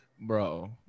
bro